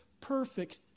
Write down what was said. perfect